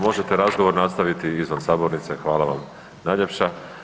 Možete razgovor nastaviti izvan sabornice, hvala vam najljepša.